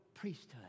Priesthood